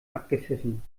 abgepfiffen